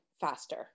faster